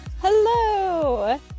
Hello